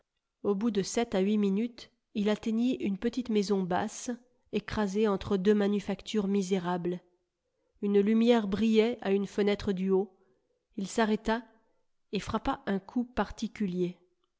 au bout de sept à huit minutes il atteignit une petite maison basse écrasée entre deux manufactures misérables une lumière brillait à une fenêtre du haut il s'arrêta et frappa un coup particulier